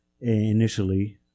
initially